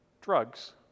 drugs